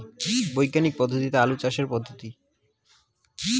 বিজ্ঞানিক পদ্ধতিতে আলু চাষের পদ্ধতি?